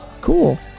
Cool